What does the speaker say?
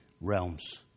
realms